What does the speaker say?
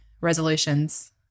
resolutions